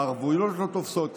הערבויות לא תופסות,